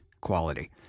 quality